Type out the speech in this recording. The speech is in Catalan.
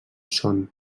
són